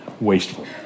wasteful